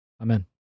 Amen